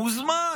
מוזמן